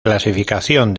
clasificación